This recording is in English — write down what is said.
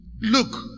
Look